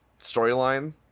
storyline